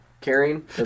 carrying